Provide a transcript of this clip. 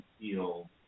feel